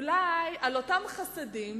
אולי על אותם חסדים